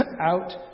out